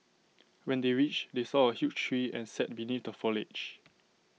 when they reached they saw A huge tree and sat beneath the foliage